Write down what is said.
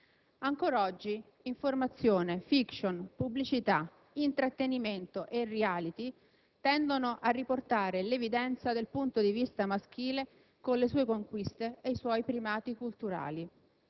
Ancora oggi informazione, *fiction*, pubblicità, intrattenimento e *reality* tendono a riportare l'evidenza del punto di vista maschile con le sue conquiste e i suoi primati culturali.